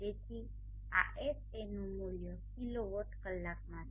તેથી આ Ha નુ મુલ્ય કિલોવોટ કલાકમાં છે